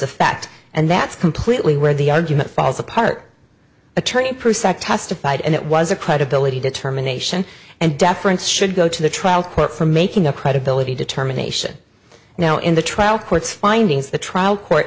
effect and that's completely where the argument falls apart attorney present testified and it was a credibility determination and deference should go to the trial court for making a credibility determination now in the trial court's findings the trial court